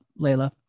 Layla